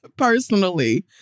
Personally